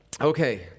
Okay